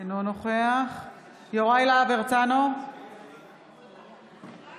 אינו נוכח יוראי להב הרצנו, אינו